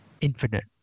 Infinite